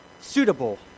Suitable